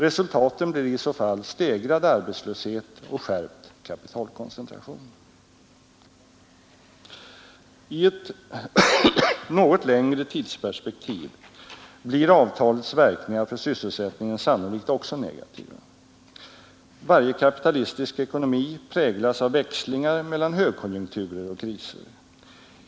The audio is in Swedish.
Resultaten blir i så fall stegrad arbetslöshet och skärpt kapitalkoncentration. I ett något längre tidsperspektiv blir avtalets verkningar för sysselsättningen också negativa. Varje kapitalistisk ekonomi präglas av växlingar mellan högkonjunkturer och kriser.